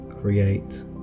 create